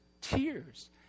tears